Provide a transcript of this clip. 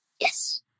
Yes